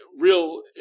real